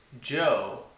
Joe